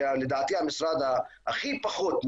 זה לדעתי המשרד הכי פחות,